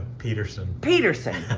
peterson. peterson,